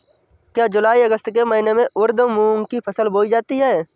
क्या जूलाई अगस्त के महीने में उर्द मूंग की फसल बोई जाती है?